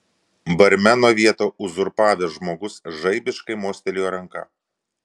barmeno vietą uzurpavęs žmogus žaibiškai mostelėjo ranka